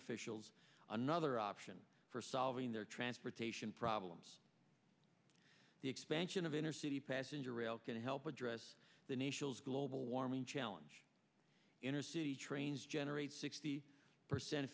officials another option for solving their transportation problems the expansion of inner city passenger rail can help address the nation global warming challenge intercity trains generate sixty percent